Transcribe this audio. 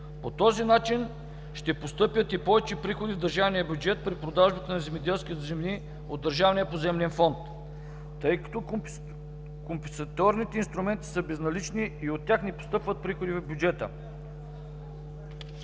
По този начин ще постъпят и повече приходи в държавния бюджет при продажбата на земеделски земи от държавния поземлен фонд, тъй като компенсаторните инструменти са безналични и от тях не постъпват приходи в бюджета.